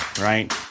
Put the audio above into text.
right